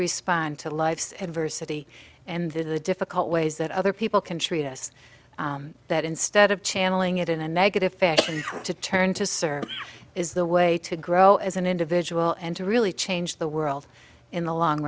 respond to life's adversity and the difficult ways that other people can treat us that instead of channeling it in a negative fashion to turn to serve is the way to grow as an individual and to really change the world in the long